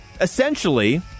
essentially